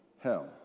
hell